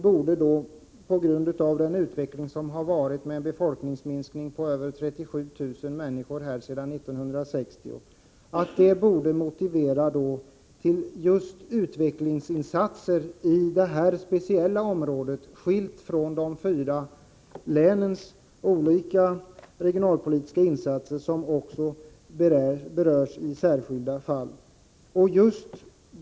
Hittillsvarande utveckling — med en befolkningsminskning på över 37 000 människor sedan 1960 — borde motivera insatser i detta speciella område utöver de fyra länens olika regionalpolitiska anslagsramar.